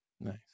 Nice